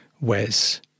Wes